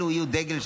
אלה יהיו דגל.